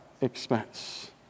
expense